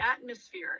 atmosphere